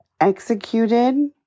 executed